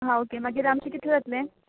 आं ओके मागीर आमचें कितलें जातलें